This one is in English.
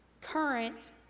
current